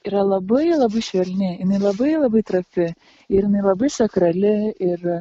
yra labai labai švelni jinai labai labai trapi ir jinai labai sakrali ir